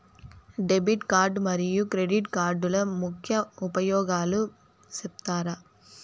Debit card మరియు credit కార్డుల ముఖ్య ఉపయోగాలు సెప్తారా?